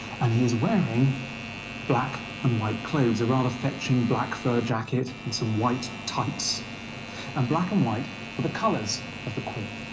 and he is wearing black and white clothes a rather fetching black fur jacket, some white tights and black and white were the colours of the queen.